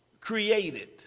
created